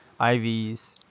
IVs